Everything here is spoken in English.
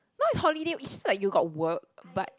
now is holiday is it like you got work but